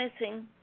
missing